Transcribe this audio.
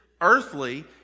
earthly